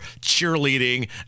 cheerleading